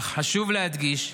אך חשוב להדגיש,